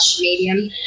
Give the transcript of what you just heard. medium